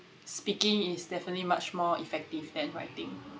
speaking is definitely much more effective than writing